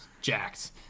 jacked